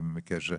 והיא בקשר,